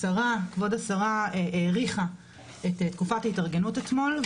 כבוד השרה האריכה את תקופת ההתארגנות אתמול,